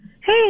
Hey